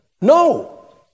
No